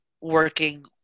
working